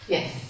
Yes